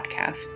podcast